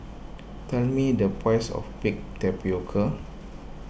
tell me the price of Baked Tapioca